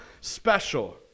special